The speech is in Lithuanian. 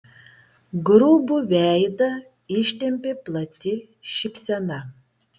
grubų veidą ištempė plati šypsena